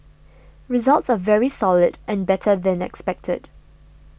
results are very solid and better than expected